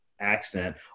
accent